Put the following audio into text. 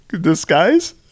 Disguise